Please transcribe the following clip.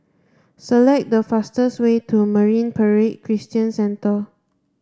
select the fastest way to Marine Parade Christian Centre